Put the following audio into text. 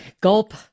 gulp